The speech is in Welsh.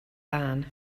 lân